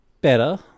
better